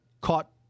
caught